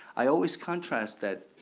i always contrast that,